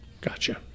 Gotcha